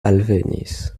alvenis